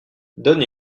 donne